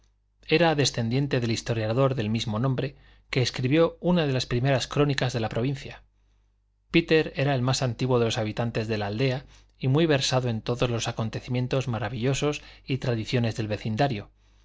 era descendiente del historiador del mismo nombre que escribió una de las primeras crónicas de la provincia péter era el más antiguo de los habitantes de la aldea y muy versado en todos los acontecimientos maravillosos y tradiciones del vecindario